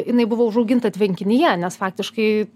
jinai buvo užauginta tvenkinyje nes faktiškai